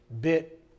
bit